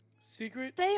Secret